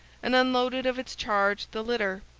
and unloaded of its charge the litter,